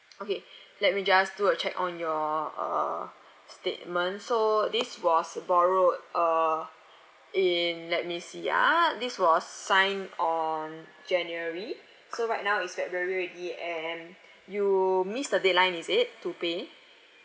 okay let me just do a check on your uh statement so this was borrowed uh in let me see ah this was signed on january so right now is february already and you miss the deadline is it to pay